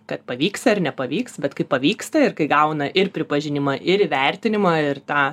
kad pavyks ar nepavyks bet kai pavyksta ir kai gauna ir pripažinimą ir įvertinimą ir tą